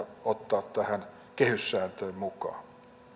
ottaa tähän kehyssääntöön mukaan